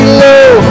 low